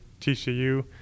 TCU